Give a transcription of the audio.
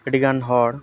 ᱟᱹᱰᱤᱜᱟᱱ ᱦᱚᱲ